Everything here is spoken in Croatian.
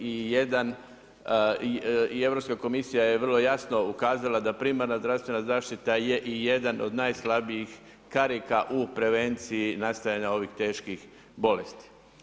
I Europska komisija je vrlo jasno ukazala da primarna zdravstvena zaštita je i jedan od najslabijih karika u prevenciji nastajanja ovih teških bolesti.